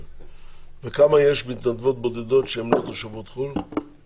וכמה יש מתנדבות בודדות שהן לא תושבות חו"ל?